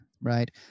right